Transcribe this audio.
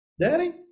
daddy